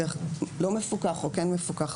לא מפוקח או כן מפוקח,